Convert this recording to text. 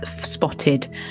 spotted